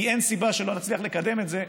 כי אין סיבה שלא נצליח לקדם את זה,